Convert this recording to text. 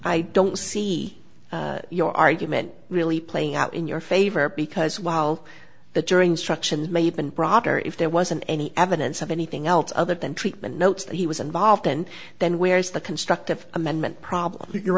i don't see your argument really playing out in your favor because while the jury instruction may have been brought or if there wasn't any evidence of anything else other than treatment notes that he was involved in then where is the constructive